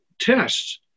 tests